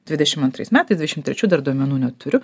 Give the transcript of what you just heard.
dvidešimt antrais metais dvidešimt trečių dar duomenų neturiu